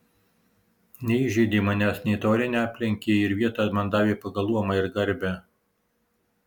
neįžeidė manęs nei taure neaplenkė ir vietą man davė pagal luomą ir garbę